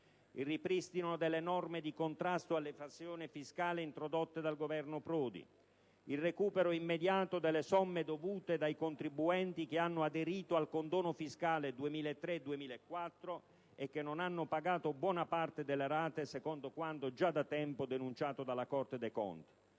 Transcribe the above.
il ripristino delle norme di contrasto all'evasione fiscale introdotte dal Governo Prodi; il recupero immediato delle somme dovute dai contribuenti che hanno aderito al condono fiscale 2003-2004 e che non hanno pagato buona parte delle rate, secondo quanto già da tempo denunciato dalla Corte dei conti;